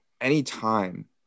anytime